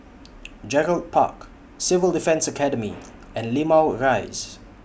Gerald Park Civil Defence Academy and Limau Rise